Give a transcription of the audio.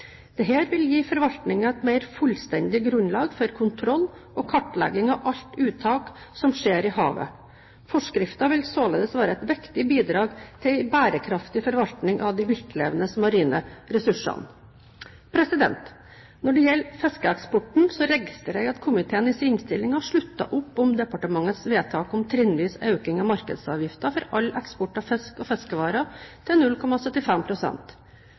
vil gi forvaltningen et mer fullstendig grunnlag for kontroll og kartlegging av alt uttak som skjer i havet. Forskriften vil således være et viktig bidrag til en bærekraftig forvaltning av de viltlevende marine ressursene. Når det gjelder fiskeeksporten, registrerer jeg at komiteen i sin innstilling har sluttet opp om departementets vedtak om trinnvis økning av markedsavgiften for all eksport av fisk og fiskevarer til